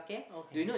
okay